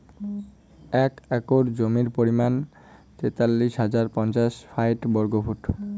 এক একর জমির পরিমাণ তেতাল্লিশ হাজার পাঁচশ ষাইট বর্গফুট